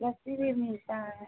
लस्सी भी मिलता है